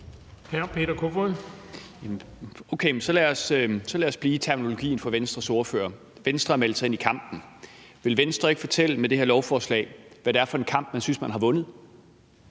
okay, så lad os blive i terminologien fra Venstres ordfører. Venstre har meldt sig ind i kampen. Vil Venstre ikke fortælle, hvad det er for en kamp, man synes man har vundet